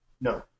no